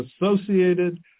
associated